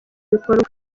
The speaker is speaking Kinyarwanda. bikorwa